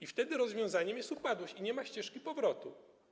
I wtedy rozwiązaniem jest upadłość i nie ma ścieżki powrotu.